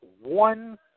one